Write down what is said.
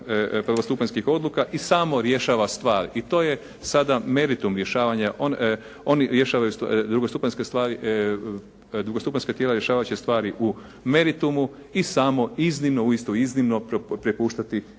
prvostupanjskih odluka i samo rješava stvar i to je sada meritum rješavanja. Oni rješavaju drugostupanjske stvari, drugostupanjska tijela rješavat će stvari u meritumu i samo iznimno, uistinu iznimno prepuštati